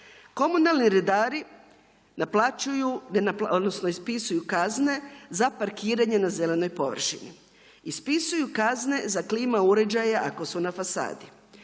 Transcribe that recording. odnosno ispisuju kazne za parkiranje na zelenoj površini. Ispisuju za klima uređaja ako ću na fasadi.